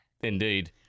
Indeed